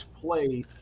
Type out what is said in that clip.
play